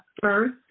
first